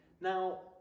Now